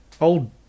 Old